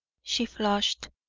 she flushed.